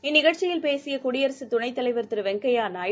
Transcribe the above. இந்தநிகழ்ச்சியில் பேசியகுடியரசுதுணைத்தலைவர் திருவெங்கையாநாயு